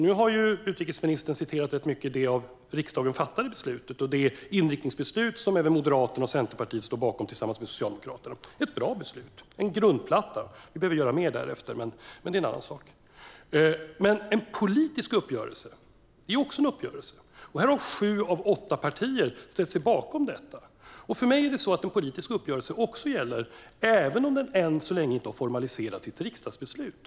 Nu har utrikesministern citerat rätt mycket ur det av riksdagen fattade beslutet och det inriktningsbeslut som även Moderaterna och Centerpartiet står bakom tillsammans med Socialdemokraterna. Det är ett bra beslut, en grundplatta. Vi behöver göra mer, men det är en annan sak. Men en politisk uppgörelse är också en uppgörelse. Här har sju av åtta partier ställt sig bakom detta. För mig är det så att en politisk uppgörelse gäller även om den än så länge inte har formaliserats i ett riksdagsbeslut.